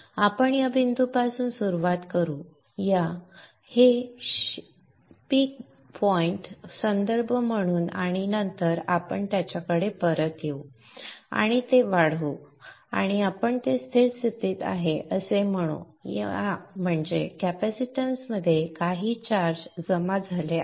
आपण या बिंदूपासून सुरुवात करू या हे पीक बिंदू संदर्भ म्हणून आणि नंतर आपण त्याच्याकडे परत येऊ आणि ते वाढवू आणि आपण ते स्थिर स्थितीत आहे असे म्हणू या म्हणजे कॅपेसिटन्समध्ये काही चार्ज जमा झाले आहे